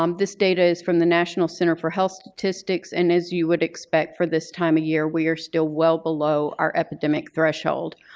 um this data is from the national center for health statistics. and as you would expect for this time of year we are still well below our epidemic threshold.